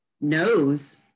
knows